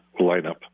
lineup